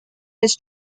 his